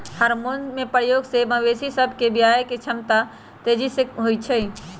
hormone के प्रयोग से मवेशी सभ में बियायके क्षमता विकास तेजी से होइ छइ